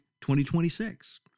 2026